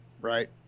right